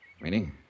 Meaning